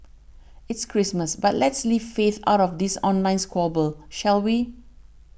it's Christmas but let's leave faith out of this online squabble shall we